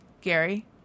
Gary